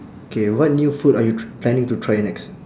K what new food are you tr~ planning to try next